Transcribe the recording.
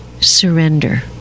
Surrender